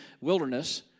wilderness